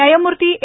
न्यायमूर्ती ए